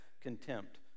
contempt